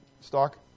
stock